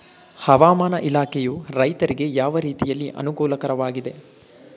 ಹವಾಮಾನ ಇಲಾಖೆಯು ರೈತರಿಗೆ ಯಾವ ರೀತಿಯಲ್ಲಿ ಅನುಕೂಲಕರವಾಗಿದೆ?